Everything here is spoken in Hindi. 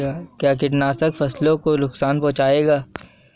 क्या कीटनाशक फसलों को नुकसान पहुँचाते हैं?